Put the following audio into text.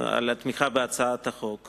התמיכה בהצעת החוק.